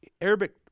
Arabic